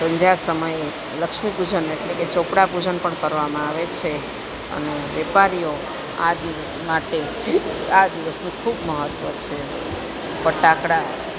સંધ્યા સમયે લક્ષ્મી પૂજન એટલે કે ચોપડા પૂજન પણ કરવામાં આવે છે અને વેપારીઓ આ દિવસ માટે આ દિવસનું ખૂબ મહત્ત્વ છે ફટાકડા